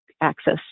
access